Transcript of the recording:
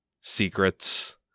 secrets